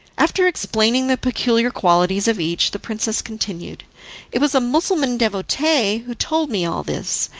after explaining the peculiar qualities of each, the princess continued it was a mussulman devotee who told me all this,